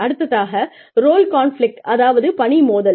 அடுத்ததாக role conflict அதாவது பணி மோதல்